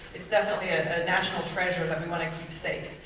it's definitely a ah national treasure that we want to keep safe.